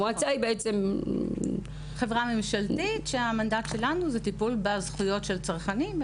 המועצה היא חברה ממשלתית שהמנדט שלנו הוא טיפול בזכויות של צרכנים.